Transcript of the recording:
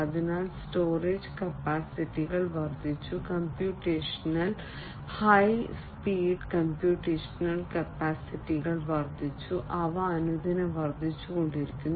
അതിനാൽ സ്റ്റോറേജ് കപ്പാസിറ്റികൾ വർദ്ധിച്ചു കമ്പ്യൂട്ടേഷണൽ ഹൈ സ്പീഡ് കമ്പ്യൂട്ടേഷണൽ കപ്പാസിറ്റികൾ വർദ്ധിച്ചു അവ അനുദിനം വർദ്ധിച്ചുകൊണ്ടിരിക്കുന്നു